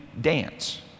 dance